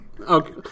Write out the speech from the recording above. Okay